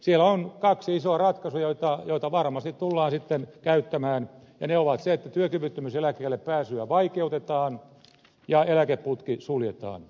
siellä on kaksi isoa ratkaisua joita varmasti tullaan sitten käyttämään ja ne ovat ne että työkyvyttömyyseläkkeelle pääsyä vaikeutetaan ja eläkeputki suljetaan